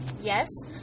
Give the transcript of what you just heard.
yes